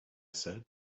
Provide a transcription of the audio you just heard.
said